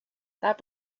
that